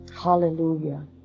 Hallelujah